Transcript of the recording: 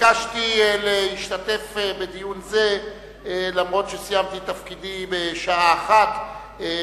ביקשתי להשתתף בדיון זה אף שסיימתי את תפקידי בשעה 13:00,